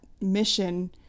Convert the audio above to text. mission